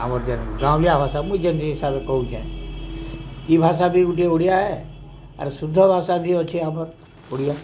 ଆମର୍ ଯେନ୍ ଗାଉଁଲିଆ ଭାଷା ମୁଁ ଯେନ୍ତି ହିସାବ୍ରେ କହୁଛେଁ ଇ ଭାଷା ବି ଗୁଟେ ଓଡ଼ିଆ ଆର୍ ଶୁଦ୍ଧ ଭାଷା ବି ଅଛେ ଆମର୍ ଓଡ଼ିଆ